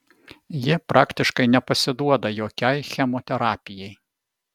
ji praktiškai nepasiduoda jokiai chemoterapijai